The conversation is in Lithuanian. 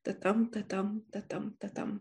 tatam tatam tatam tatam